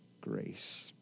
grace